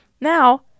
Now